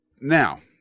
now